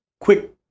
quick